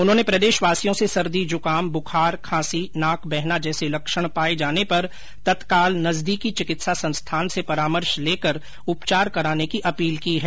उन्होंने प्रदेशवासियों से सर्दी जुकाम बुखार खांसी नाक बहना जैसे लक्षण पाये जाने पर तत्काल नजदीकी चिकित्सा संस्थान से परामर्ष लेकर उपचार कराने की अपील की है